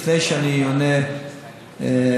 לפני שאני עונה מהראש,